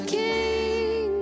king